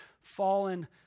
fallen